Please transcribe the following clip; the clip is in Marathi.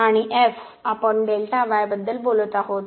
आणि f आपण Δy बद्दल बोलत आहोत